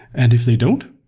and if they don't,